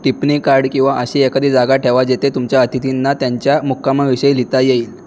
टिप्पणी कार्ड किंवा अशी एखादी जागा ठेवा जिथे तुमच्या अतिथींना त्यांच्या मुक्कामाविषयी लिहिता येईल